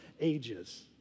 ages